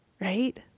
right